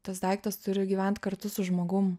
tas daiktas turi gyvent kartu su žmogum